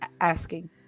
asking